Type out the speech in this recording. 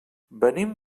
venim